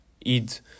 eat